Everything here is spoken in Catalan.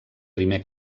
primer